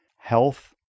health